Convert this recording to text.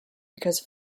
because